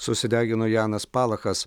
susidegino janas palachas